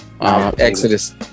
Exodus